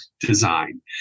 design